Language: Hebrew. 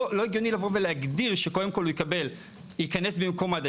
לא הגיוני לבוא ולהגדיר שקודם כל הוא ייכנס במקום מד"א,